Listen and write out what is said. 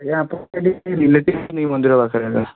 ଆଜ୍ଞା ଆପଣଙ୍କର ସେଠି କେହି ରିଲେଟିଭ୍ ନାହାନ୍ତି କି ମନ୍ଦିର ପାଖରେ ଏକା